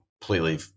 completely